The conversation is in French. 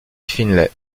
finlay